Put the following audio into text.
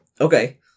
Okay